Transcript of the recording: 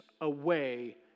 away